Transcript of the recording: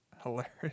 hilarious